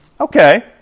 Okay